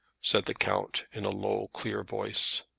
said the count, in a low clear voice.